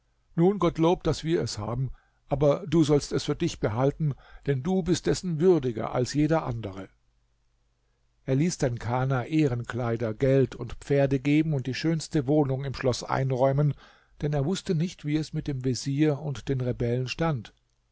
nun gottlob daß wir es haben aber du sollst es für dich behalten denn du bist dessen würdiger als jeder andere er ließ dann kana ehrenkleider geld und pferde geben und die schönste wohnung im schloß einräumen denn er wußte nicht wie es mit dem vezier und den rebellen stand